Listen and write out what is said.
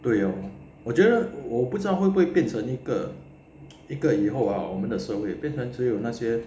对哦我觉得我不知道会不会变成一个一个以后啊我们的社会变成只有那些